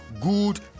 good